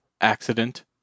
accident